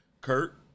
Kurt